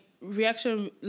reaction